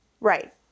Right